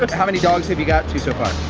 but how many dogs have you got to so far?